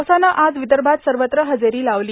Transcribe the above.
पावसानं आज विदर्भात सर्वत्र हजेरी लावली